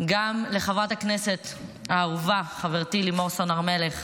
וגם לחברת הכנסת האהובה חברתי לימור סון הר מלך,